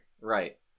Right